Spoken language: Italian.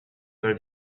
per